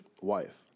wife